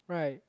right